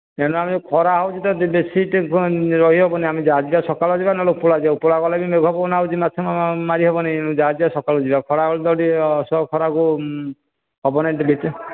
ଏଇନେ ଆମର ଖରା ହେଉଛି ବେଶୀ ରହିହବନି ଆମେ ଯାହା ଯିବା ସକାଳେ ଯିବା ନହେଲେ ଉପର ବେଳା ଯିବା ଉପରବେଳା ଗଲେ ବି ମେଘ ପବନ ଆସୁଛି ମାଛ ମାରି ହେବନି ଯାହା ଯିବା ସକାଳୁ ଯିବା ଖରା ବେଳ ତ ଟିକିଏ ଅସହ୍ୟ ଖରାକୁ ହବନା ଟିକିଏ